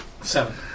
Seven